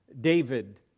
David